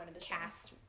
cast